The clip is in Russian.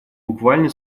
буквально